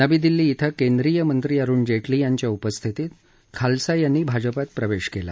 नवी दिल्ली इथं केंद्रीय मंत्री अरुण जेटली यांच्या उपस्थितीत खालसा यांनी भाजपात प्रवेश केला